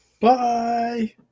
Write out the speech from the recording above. Bye